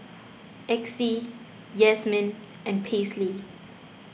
Exie Yazmin and Paisley